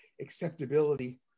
acceptability